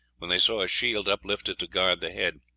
when they saw a shield uplifted to guard the head,